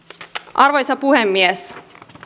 arvoisa puhemies